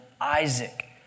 Isaac